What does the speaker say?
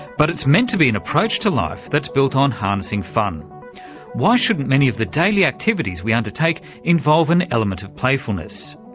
but it's meant to be an approach to life that's built on harnessing fun why shouldn't many of the daily activities we undertake involve an element of playfulness?